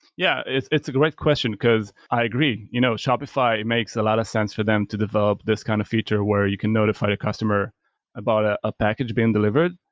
yeah, it's it's a great question, because i agree. you know shopify makes a lot of sense for them to develop this kind of feature where you can notify the customer about ah a package being delivered.